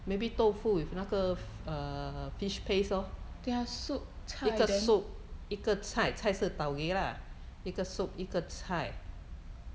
等一下 soup 菜 then